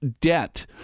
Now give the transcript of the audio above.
debt